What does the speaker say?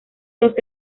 dos